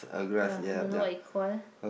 ya you don't know what it call